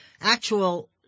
actual